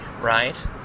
right